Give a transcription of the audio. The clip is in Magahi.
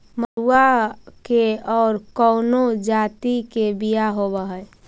मडूया के और कौनो जाति के बियाह होव हैं?